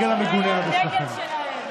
הזה שלכם.